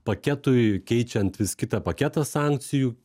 paketui keičiant vis kitą paketą sankcijų